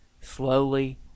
slowly